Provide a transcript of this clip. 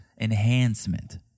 enhancement